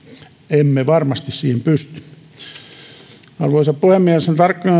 emme varmasti siihen pysty arvoisa puhemies